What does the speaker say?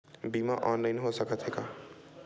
बीमा ऑनलाइन हो सकत हे का?